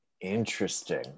Interesting